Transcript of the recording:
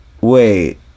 Wait